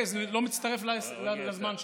אז זה לא מצטרף לזמן שלי.